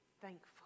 thankful